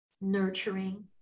nurturing